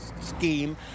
scheme